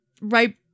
Right